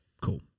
Cool